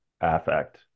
affect